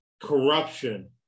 Corruption